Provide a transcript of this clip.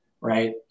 right